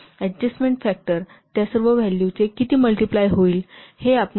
तर adjustment factor त्या सर्व व्हॅल्यू चे किती मल्टिप्लाय होईल